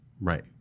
Right